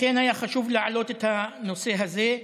לכן היה חשוב להעלות את הנושא הזה.